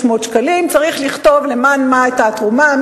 שקלים צריך לכתוב למען מה היתה התרומה,